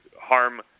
harm